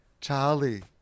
Charlie